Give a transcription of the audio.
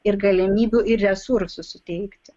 ir galimybių ir resursų suteikti